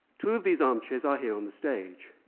two of these armchairs are here on the stage,